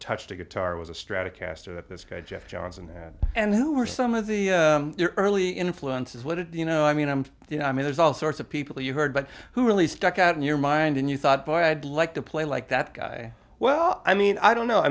touched a guitar was a strata caster that this guy jeff johnson and who were some of the early influences what it you know i mean and i mean there's all sorts of people you heard but who really stuck out in your mind and you thought boy i'd like to play like that guy well i mean i don't know i